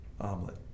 omelet